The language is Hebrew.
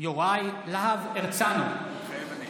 יוראי להב הרצנו, מתחייב אני